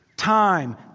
Time